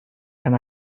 and